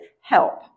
help